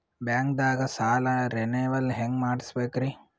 ಬ್ಯಾಂಕ್ದಾಗ ಸಾಲ ರೇನೆವಲ್ ಹೆಂಗ್ ಮಾಡ್ಸಬೇಕರಿ?